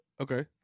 Okay